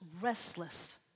restless